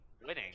winning